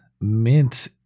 Mint